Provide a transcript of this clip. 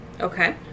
Okay